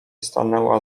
stanęła